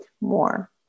more